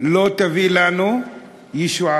לא תביא לנו ישועה.